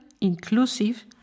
inclusive